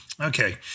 Okay